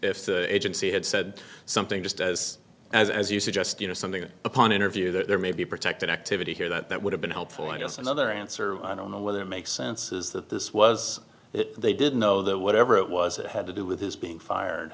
if the agency had said something just as as as you suggest you know something upon interview that there may be protected activity here that that would have been helpful i guess another answer i don't know whether it makes sense is that this was it they didn't know that whatever it was it had to do with his being fired